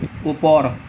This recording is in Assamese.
ওপৰ